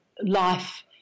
life